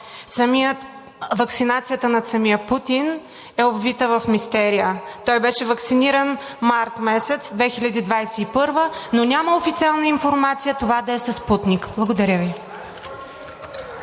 Ваксинацията на самия Путин е обвита в мистерия. Той беше ваксиниран месец март 2021 г., но няма официална информация това да е със „Спутник“. Благодаря Ви.